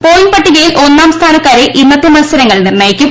point പട്ടികയിൽ ഒന്നാം സ്ഥാനക്കാരെ ഇന്നത്തെ മത്സരങ്ങൾ നിർണ്ണയിക്കും